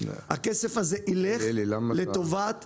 הכסף הזה ילך לטובת --- אלי,